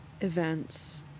events